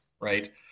right